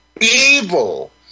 evil